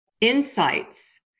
insights